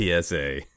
PSA